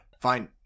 Fine